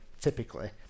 typically